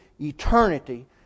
eternity